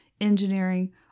engineering